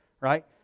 Right